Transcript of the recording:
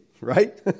Right